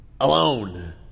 alone